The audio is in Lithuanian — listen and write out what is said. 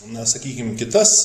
na sakykim kitas